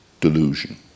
delusion